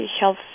Health